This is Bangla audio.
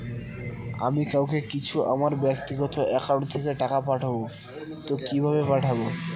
আমি কাউকে কিছু আমার ব্যাক্তিগত একাউন্ট থেকে টাকা পাঠাবো তো কিভাবে পাঠাবো?